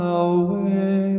away